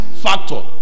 factor